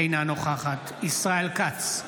אינה נוכחת ישראל כץ,